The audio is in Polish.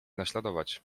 naśladować